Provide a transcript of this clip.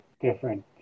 different